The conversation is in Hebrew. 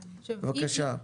בבקשה.